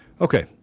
Okay